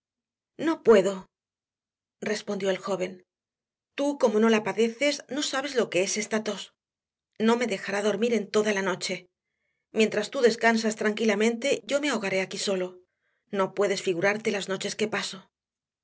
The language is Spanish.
no puedo respondió el joven tú como no la padeces no sabes lo que es esta tos no me dejará dormir en toda la noche mientras tú descansas tranquilamente yo me ahogaré aquí solo no puedes figurarte las noches que paso